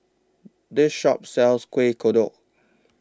This Shop sells Kuih Kodok